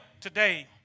today